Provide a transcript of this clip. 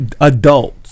adults